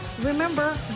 remember